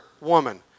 woman